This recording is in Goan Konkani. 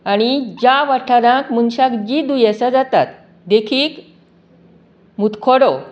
आनी ज्या वाठाराक मुनशाक जी दुयेंसां जातात देखीक मुतखोडो